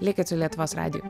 likit su lietuvos radiju